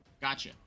Gotcha